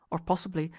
or possibly,